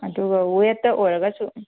ꯑꯗꯨꯒ ꯋꯦꯠꯇ ꯑꯣꯏꯔꯒꯁꯨ